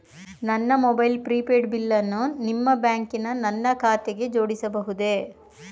ನನ್ನ mobile prepaid ಬಿಲ್ಲನ್ನು ನಿಮ್ಮ ಬ್ಯಾಂಕಿನ ನನ್ನ ಖಾತೆಗೆ ಜೋಡಿಸಬಹುದೇ?